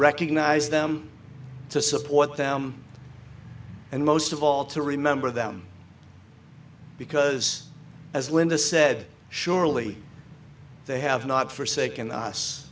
recognize them to support them and most of all to remember them because as linda said surely they have not for sake and